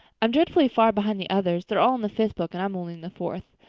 i'm dreadfully far behind the others. they're all in the fifth book and i'm only in the fourth.